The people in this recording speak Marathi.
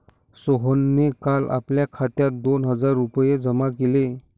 सोहनने काल आपल्या खात्यात दोन हजार रुपये जमा केले